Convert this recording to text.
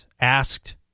asked